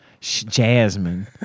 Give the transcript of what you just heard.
Jasmine